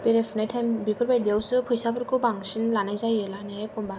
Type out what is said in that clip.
बेरायफुनाय time बेफोरबायदियावसो फैसाफोरखौ बांसिन लानाय जायो लानाया एखम्बा